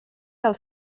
del